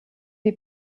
wie